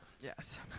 Yes